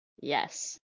Yes